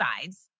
sides